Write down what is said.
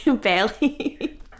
Barely